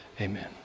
Amen